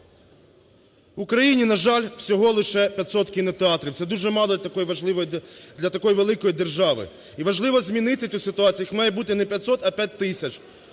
Україні, на жаль, всього лише 500 кінотеатрів. Це дуже мало для такої великої держави. І важливо змінити цю ситуацію. Їх має бути не 500, а 5 тисяч.